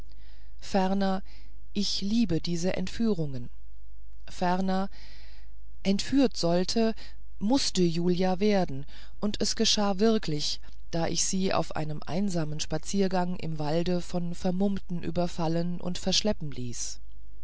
ferner ich liebe diese entführungen ferner entführt sollte mußte julia werden und es geschah wirklich da ich sie auf einem einsamen spaziergange im walde von vermummten überfallen und fortschleppen ließ